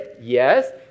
yes